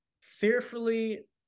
fearfully